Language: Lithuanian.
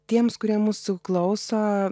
tiems kurie mūsų klauso